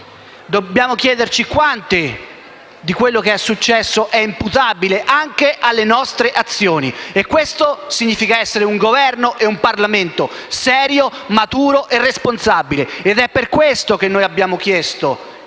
Dobbiamo chiederci quanto di quello che è successo è imputabile anche alle nostre azioni. Questo significa essere un Governo e un Parlamento serio, maturo e responsabile. Ed è per questo che noi abbiamo chiesto